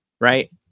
right